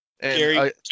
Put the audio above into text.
Gary